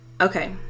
okay